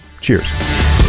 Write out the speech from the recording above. Cheers